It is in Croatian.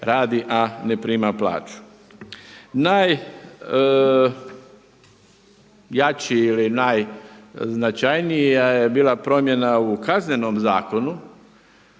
radi a ne prima plaću. Najjači ili naj značajnija je bila promjena u kaznenom zakonu,